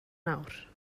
nawr